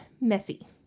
messy